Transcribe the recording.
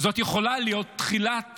יכול להיות תחילת